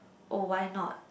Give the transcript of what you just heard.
oh why not